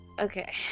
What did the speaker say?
Okay